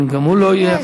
אם גם הוא לא יהיה,